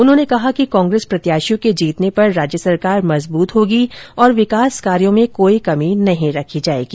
उन्होंने कहा कि कांग्रेस प्रत्याशियों के जीतने पर राज्य सरकार मजबूत होगी और विकास कार्यो में कोई कमी नहीं रखी जाएगी